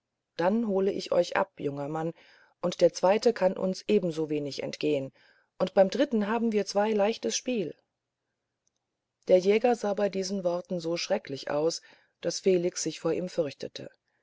dann hole ich euch ab junger mann und der zweite kann uns ebensowenig entgehen und beim dritten haben wir zu zwei leichtes spiel der jäger sah bei diesen worten so schrecklich aus daß felix sich vor ihm fürchtete